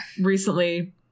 recently